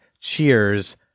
Cheers